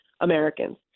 Americans